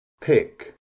pick